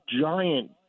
giant